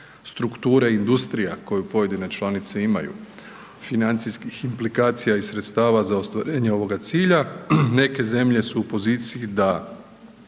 strukture industrija koje pojedine članice imaju, financijskih implikacija i sredstava za ostvarenje ovoga cilja, neke zemlje su u poziciji da